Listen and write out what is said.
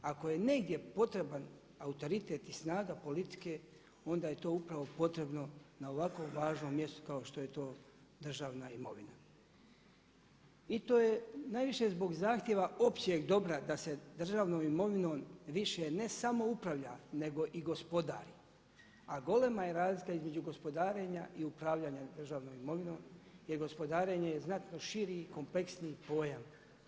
Ako je negdje potreban autoritet i snaga politike, onda je to upravo potrebno na ovako važnom mjestu kao što je to državna imovina i to je najviše zbog zahtjeva općeg dobra da se državnom imovinom više ne samo upravlja nego i gospodari, a golema je razlika između gospodarenja i upravljanja državnom imovinom jer gospodarenje je znatno širi i kompleksniji pojam.